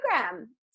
program